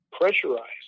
pressurized